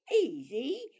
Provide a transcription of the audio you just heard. easy